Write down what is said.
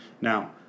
Now